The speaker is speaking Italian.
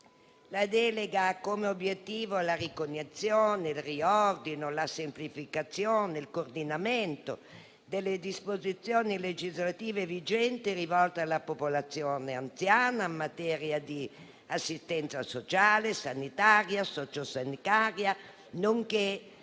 La delega ha come obiettivo la ricognizione, il riordino, la semplificazione e il coordinamento delle disposizioni legislative vigenti rivolte alla popolazione anziana in materia di assistenza sociale, sanitaria e sociosanitaria, nonché